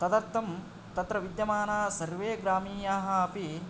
तदर्थं तत्र विद्यमानाः सर्वे ग्रामीयाः अपि